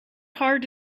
heart